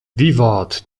wiwat